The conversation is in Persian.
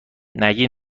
نگی